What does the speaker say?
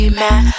mad